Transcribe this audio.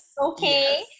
okay